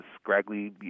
scraggly